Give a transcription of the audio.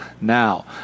now